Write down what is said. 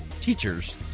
teachers